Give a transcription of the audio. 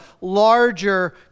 larger